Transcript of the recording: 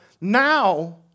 now